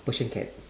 persian cats